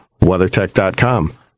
WeatherTech.com